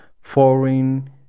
foreign